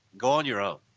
go on your own.